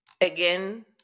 Again